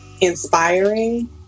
inspiring